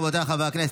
רבותיי חברי הכנסת,